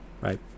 Right